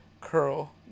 curl